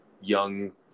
young